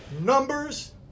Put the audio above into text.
numbers